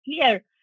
clear